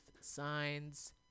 signs